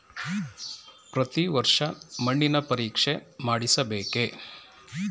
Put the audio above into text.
ಪ್ರತಿ ವರ್ಷ ಮಣ್ಣಿನ ಪರೀಕ್ಷೆ ಮಾಡಿಸಬೇಕೇ?